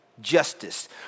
justice